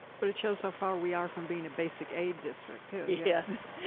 but it shows how far we are from being a basic aid district, too. yes,